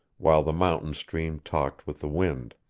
while the mountain stream talked with the wind.